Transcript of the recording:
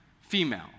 female